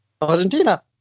Argentina